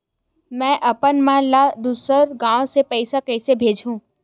में अपन मा ला दुसर गांव से पईसा कइसे भेजहु?